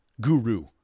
guru